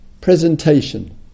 presentation